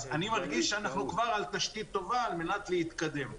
אז אני מרגיש שאנחנו כבר על תשתית טובה על מנת להתקדם.